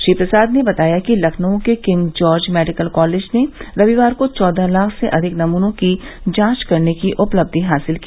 श्री प्रसाद ने बताया कि लखनऊ के किंग जॉर्ज मेडिकल कॉलेज ने रविवार को चौदह लाख से अधिक नमूतों की जांच करने की उपलब्धि हासिल की